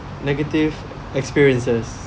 negative experiences